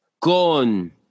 Gone